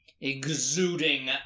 exuding